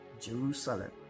Jerusalem